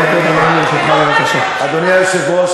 אדוני היושב-ראש,